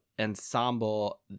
ensemble